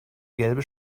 gelbe